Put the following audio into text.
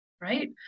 right